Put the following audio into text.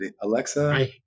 Alexa